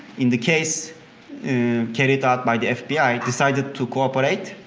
in the case carried out by the fbi decided to cooperate.